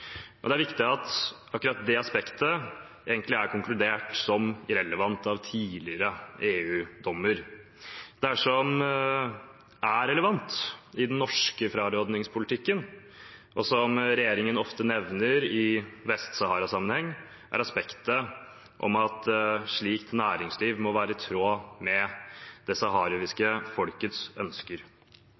Det er viktig at akkurat det aspektet egentlig er konkludert som irrelevant av tidligere EU-dommer. Det som er relevant i den norske frarådingspolitikken, og som regjeringen ofte nevner i Vest-Sahara-sammenheng, er aspektet om at slikt næringsliv må være i tråd med det saharawiske folkets ønsker.